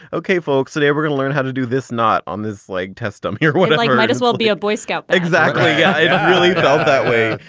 okay, folks, are they ever going to learn how to do this? not on this leg test. i'm here who like might as well be a boy scout? exactly. i really felt that way.